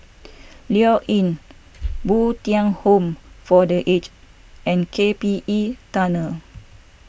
Lloyds Inn Bo Tien Home for the Aged and K P E Tunnel